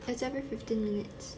it's every fifteen minutes